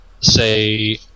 say